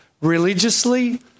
religiously